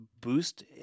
boost